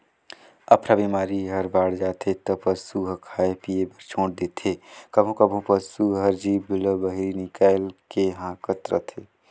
अफरा बेमारी ह बाड़ जाथे त पसू ह खाए पिए बर छोर देथे, कभों कभों पसू हर जीभ ल बहिरे निकायल के हांफत रथे